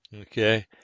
Okay